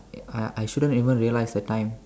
I I shouldn't even realise the time